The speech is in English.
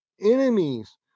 enemies